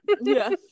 yes